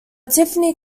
tiffany